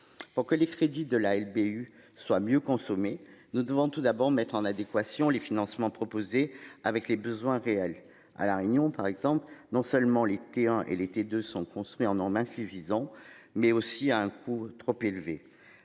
Pour que les crédits de la LBU soit mieux consommer, nous devons tout d'abord mettre en adéquation les financements proposés avec les besoins réels à la Réunion par exemple non seulement les clients et l'été 2 sont construits en homme insuffisant mais aussi à un coût trop élevé.